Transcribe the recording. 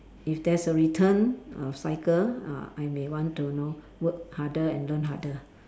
if there's a return of cycle ah I may want to know work harder and learn harder